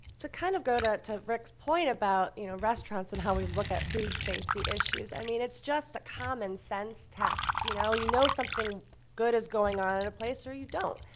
to kind of go to to rick's point about, you know, restaurants and how we look at food safety issues, i mean, it's just a common sense test, you know? you know something good is going on in a place or you don't.